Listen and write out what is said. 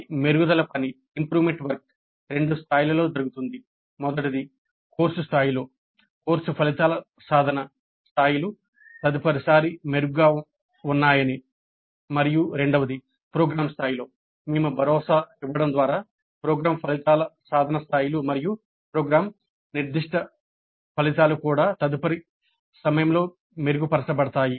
ఈ మెరుగుదల పని ప్రోగ్రామ్ స్థాయిలో మేము భరోసా ఇవ్వడం ద్వారా ప్రోగ్రామ్ ఫలితాల సాధన స్థాయిలు మరియు ప్రోగ్రామ్ నిర్దిష్ట ఫలితాలు కూడా తదుపరి సమయంలో మెరుగుపరచబడతాయి